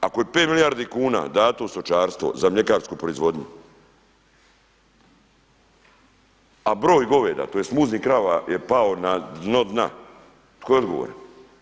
Ako je pet milijardi kuna dato u stočarstvo za mljekarsku proizvodnju, a broj goveda tj. muznih krava je pao na dno dna, tko je odgovoran?